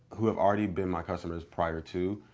who have already been my customers prior to,